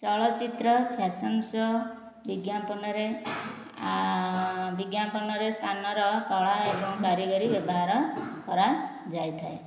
ଚଳଚ୍ଚିତ୍ର fashion show' ବିଜ୍ଞାପନରେ ବିଜ୍ଞାପନରେ ସ୍ଥାନର କଳା ଏବଂ କାରିଗରୀ ବ୍ୟବହାର କରାଯାଇଥାଏ